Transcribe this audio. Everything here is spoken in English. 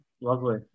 Lovely